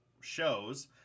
shows